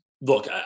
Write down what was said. look